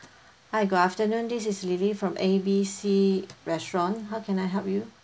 hi good afternoon this is lily from A B C restaurant how can I help you